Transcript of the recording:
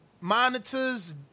monitors